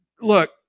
look